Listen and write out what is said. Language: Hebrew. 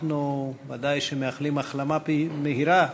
אנחנו מאחלים החלמה מהירה